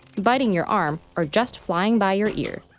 biting your arm, or just flying by your ear.